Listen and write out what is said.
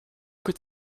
could